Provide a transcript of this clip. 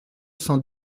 cent